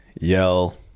yell